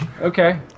Okay